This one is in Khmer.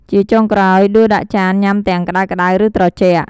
ជាចុងក្រោយ ដួសដាក់ចានញ៉ាំទាំងក្តៅៗ ឬត្រជាក់។